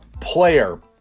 player